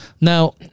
Now